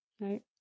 right